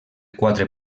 quatre